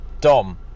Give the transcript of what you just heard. Dom